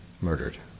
murdered